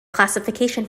classification